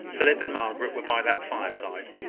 philip and margaret were by that fireside,